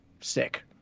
sick